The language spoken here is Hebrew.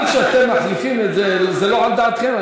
גם כשאתם מחליפים זה לא על דעתכם.